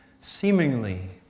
seemingly